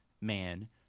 man